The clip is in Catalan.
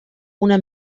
una